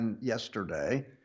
yesterday